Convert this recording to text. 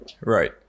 Right